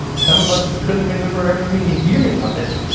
some of us couldn't remember ever even hearing of it.